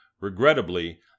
Regrettably